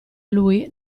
lui